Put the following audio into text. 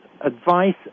advice